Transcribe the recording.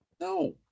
no